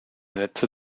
netze